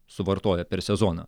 suvartoja per sezoną